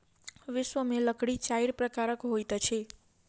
विश्व में लकड़ी चाइर प्रकारक होइत अछि